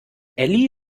elli